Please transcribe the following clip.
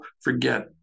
forget